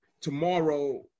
tomorrow